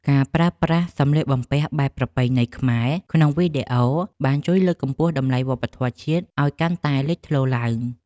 ការប្រើប្រាស់សំលៀកបំពាក់បែបប្រពៃណីខ្មែរក្នុងវីដេអូបានជួយលើកកម្ពស់តម្លៃវប្បធម៌ជាតិឱ្យកាន់តែលេចធ្លោឡើង។